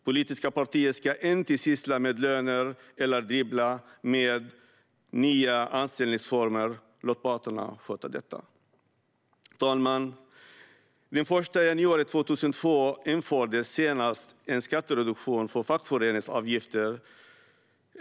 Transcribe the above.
Politiska partier ska inte syssla med löner eller dribbla med nya anställningsformer - låt parterna sköta detta! Fru talman! Den 1 januari 2002 infördes senast en skattereduktion för fackföreningsavgifter.